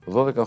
12